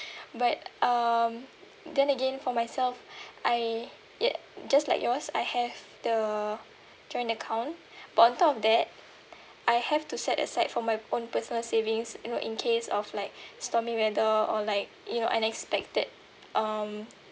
but um then again for myself I ya~ just like yours I have the joint account but on top of that I have to set aside for my own personal savings you know in case of like stormy weather or like you know unexpected um